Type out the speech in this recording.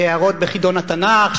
הערות בחידון התנ"ך,